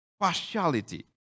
Partiality